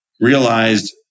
Realized